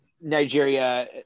nigeria